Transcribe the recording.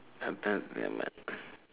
sometime nevermind